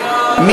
הצבעה.